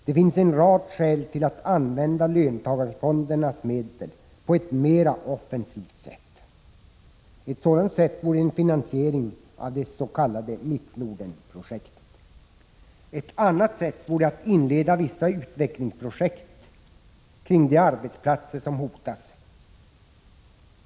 Det finns en rad skäl till att använda löntagarfondernas medel på ett mera offensivt sätt. Ett sätt vore en finansiering av det s.k. Mittnordenprojektet. Ett annat sätt vore att inleda vissa utvecklingsprojekt kring de arbetsplatser som hotas.